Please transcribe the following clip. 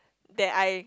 that I